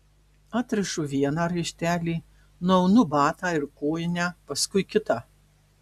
atrišu vieną raištelį nuaunu batą ir kojinę paskui kitą